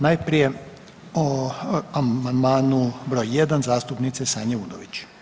Najprije o amandmanu br. 1 zastupnice Sanje Udović.